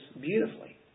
beautifully